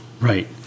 Right